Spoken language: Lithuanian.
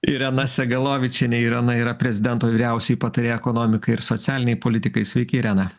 irena segalovičienė irena yra prezidento vyriausioji patarėja ekonomikai ir socialinei politikai sveiki irena